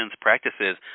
Practices